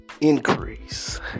Increase